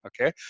Okay